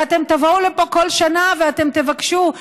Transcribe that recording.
ואתם תבואו לפה כל שנה ואתם תבקשו.